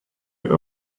your